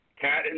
cat